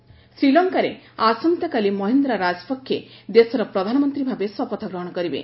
Rajapaksa oath ଶ୍ରୀଲଙ୍କାରେ ଆସନ୍ତାକାଲି ମହିନ୍ଦା ରାଜପକ୍ଷେ ଦେଶର ପ୍ରଧାନମନ୍ତ୍ରୀ ଭାବେ ଶପଥ ଗ୍ରହଣ କରିବେ